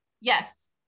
Yes